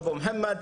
אבו מוחמד,